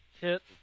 hit